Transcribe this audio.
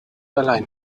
allein